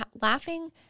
laughing